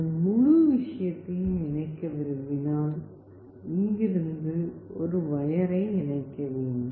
நீங்கள் முழு விஷயத்தையும் இணைக்க விரும்பினால் இங்கிருந்து ஒரு வயரை இணைக்க வேண்டும்